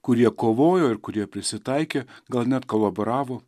kurie kovojo ir kurie prisitaikė gal net kolaboravo